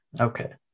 Okay